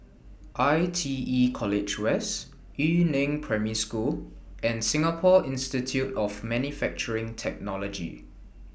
I T E College West Yu Neng Primary School and Singapore Institute of Manufacturing Technology